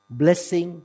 blessing